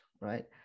right